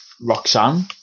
Roxanne